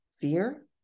fear